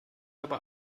habe